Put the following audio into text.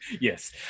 Yes